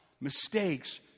mistakes